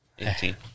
18